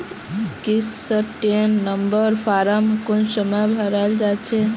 Sixteen number form कुंसम भराल जाछे?